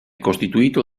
costituito